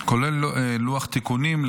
כולל לוח התיקונים.